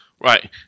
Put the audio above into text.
Right